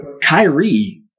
Kyrie